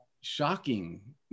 shocking